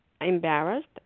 embarrassed